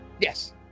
Yes